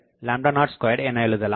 4 ab02 எனஎழுதலாம்